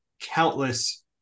countless